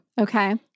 Okay